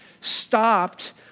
stopped